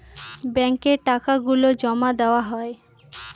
ব্যাঙ্কে টাকা গুলো জমা দেওয়া হয়